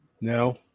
No